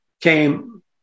came